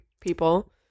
people